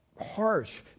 harsh